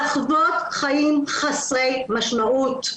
לחוות חיים חסרי משמעות,